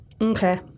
Okay